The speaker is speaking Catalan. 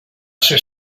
ser